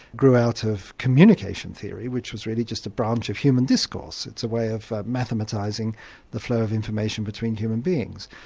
grew out of communication theory which was really just a branch of human discourse, it's a way of mathematising the flow of information between human beings.